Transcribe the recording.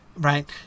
Right